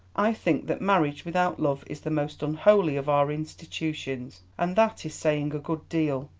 i think that marriage without love is the most unholy of our institutions, and that is saying a good deal.